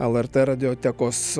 lrt radiotekos